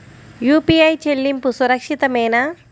UPI చెల్లింపు సురక్షితమేనా?